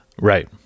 Right